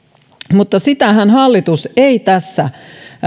mutta sitähän hallitus ei tässä